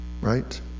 Right